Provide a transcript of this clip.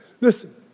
Listen